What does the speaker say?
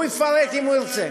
הוא יפרט אם הוא ירצה.